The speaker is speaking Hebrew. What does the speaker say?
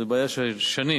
זה בעיה של שנים.